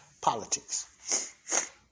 Politics